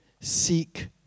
seek